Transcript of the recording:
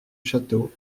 château